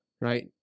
right